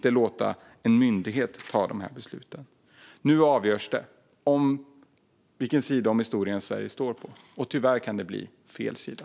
för att låta en myndighet göra det. Nu avgörs det vilken sida om historien Sverige står på - och tyvärr kan det bli fel sida.